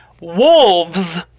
wolves